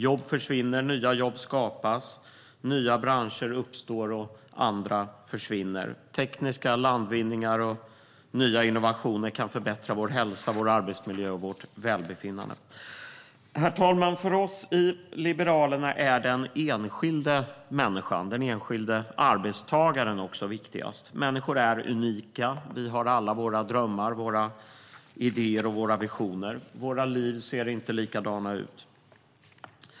Jobb försvinner, nya jobb skapas, nya branscher uppstår och andra försvinner. Tekniska landvinningar och nya innovationer kan förbättra vår hälsa, vår arbetsmiljö och vårt välbefinnande. Herr talman! För oss i Liberalerna är den enskilda människan och den enskilda arbetstagaren viktigast. Människor är unika. Vi har alla våra drömmar, idéer och visioner. Våra liv ser inte likadana ut.